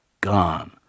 Gone